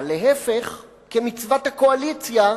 אבל להיפך, כמצוות הקואליציה,